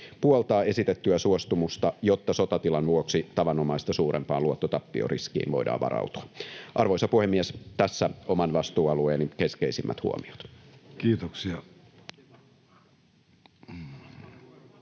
puoltaa esitettyä suostumusta, jotta sotatilan vuoksi tavanomaista suurempaan luottotappioriskiin voidaan varautua. Arvoisa puhemies! Tässä oman vastuualueeni keskeisimmät huomiot. [Speech